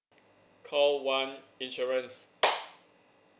call one insurance